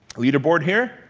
leaderboard here,